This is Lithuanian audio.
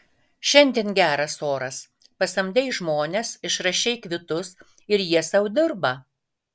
šiandien geras oras pasamdei žmones išrašei kvitus ir jie sau dirba